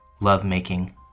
love-making